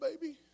baby